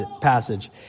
passage